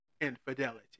infidelity